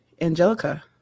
Angelica